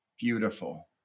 beautiful